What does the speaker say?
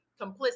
complicit